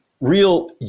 real